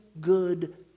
good